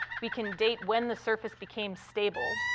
we can date when the surface became stable,